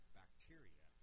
bacteria